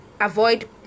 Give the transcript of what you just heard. avoid